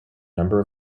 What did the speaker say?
number